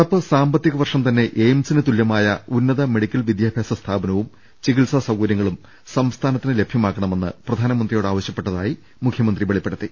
നടപ്പ് സാമ്പത്തിക വർഷം തന്നെ എയിംസിന് തുല്യമായ ഉന്നത മെഡിക്കൽ വിദ്യാഭ്യാസ സ്ഥാപനവും ചികിത്സാ സൌകര്യങ്ങളും സംസ്ഥാനത്തിന് ലഭ്യമാക്കണമെന്ന് പ്രധാ നമന്ത്രിയോട് ആവശ്യപ്പെട്ടതായി മുഖ്യമന്ത്രി വെളിപ്പെടു ത്തി